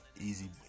Easy